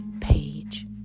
page